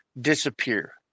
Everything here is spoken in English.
disappear